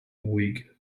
weak